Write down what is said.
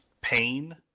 pain